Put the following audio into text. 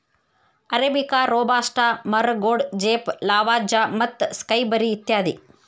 arabica, robusta, ಮರಗೋಡಜೇಪ್, Lavazza ಮತ್ತು ಸ್ಕೈಬರಿ ಇತ್ಯಾದಿ